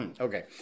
Okay